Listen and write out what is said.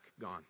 gone